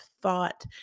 thought